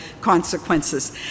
consequences